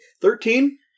thirteen